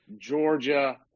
Georgia